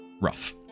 rough